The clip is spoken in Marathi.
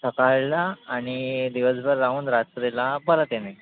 सकाळला आणि दिवसभर राहून रात्रीला परत येणे